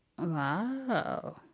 Wow